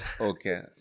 Okay